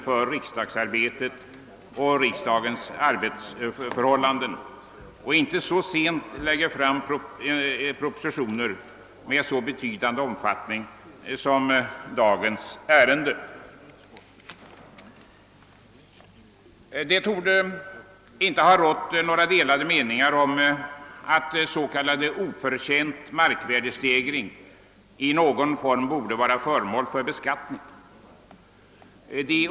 Har fastigheten innehafts mindre än två år skall liksom nu hela vinsten beskattas. Har fastigheten innehafts två år eller längre föreslås 75 I av vinsten vara skattepliktig.